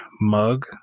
mug